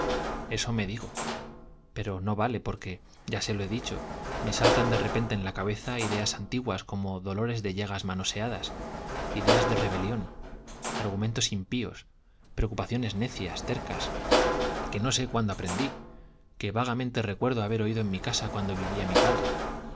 esto me digo pero no vale porque ya se lo he dicho me saltan de repente en la cabeza ideas antiguas como dolores de llagas manoseadas ideas de rebelión argumentos impíos preocupaciones necias tercas que no sé cuándo aprendí que vagamente recuerdo haber oído en mi casa cuando vivía mi padre